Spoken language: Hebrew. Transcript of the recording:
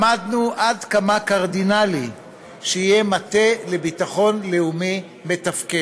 למדנו עד כמה קרדינלי שיהיה מטה לביטחון לאומי מתפקד,